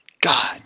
God